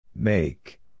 Make